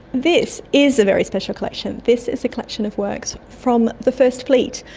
this is a very special collection. this is a collection of works from the first fleet.